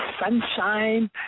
sunshine